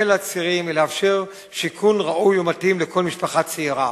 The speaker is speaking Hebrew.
להקל על הצעירים ולאפשר שיכון ראוי ומתאים לכל משפחה צעירה.